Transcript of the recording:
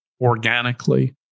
organically